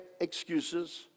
excuses